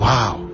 Wow